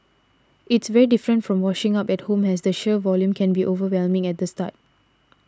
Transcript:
it's very different from washing up at home as the sheer volume can be overwhelming at the start